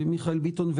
מיכאל ביטון,